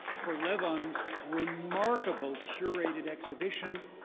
for levon's remarkable curated exhibition,